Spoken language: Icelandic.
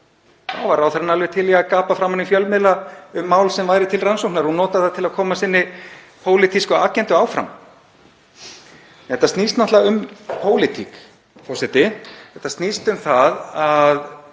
Þá var ráðherrann alveg til í að gapa framan í fjölmiðla um mál sem var til rannsóknar og nota það til að koma sinni pólitísku agendu áfram. Þetta snýst náttúrlega um pólitík, forseti. Þetta snýst um að það